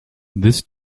this